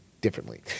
differently